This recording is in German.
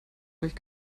euch